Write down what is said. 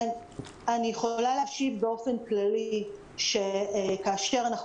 אני יכולה להשיב באופן כללי שכאשר אנחנו